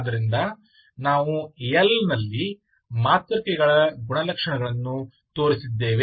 ಆದ್ದರಿಂದ ನಾವು L ನಲ್ಲಿ ಮಾತೃಕೆಗಳ ಗುಣಲಕ್ಷಣಗಳನ್ನು ತೋರಿಸಿದ್ದೇವೆ